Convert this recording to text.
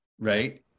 Right